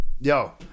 yo